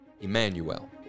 Emmanuel